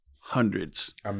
hundreds